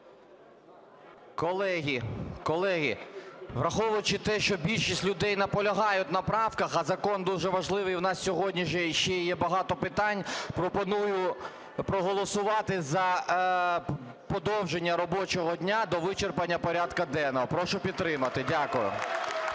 Колеги, колеги, враховуючи те, що більшість людей наполягають на правках, а закон дуже важливий, у нас сьогодні ж іще є багато питань, пропоную проголосувати за подовження робочого дня до вичерпання порядку денного. Прошу підтримати. Дякую.